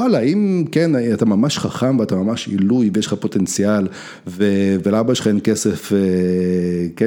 וואלה, אם כן, אתה ממש חכם ואתה ממש עילוי ויש לך פוטנציאל ולאבא שלך אין כסף